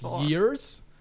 years